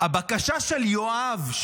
הבקשה של יואב,